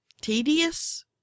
Tedious